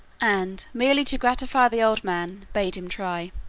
and, merely to gratify the old man, bade him try.